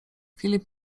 filip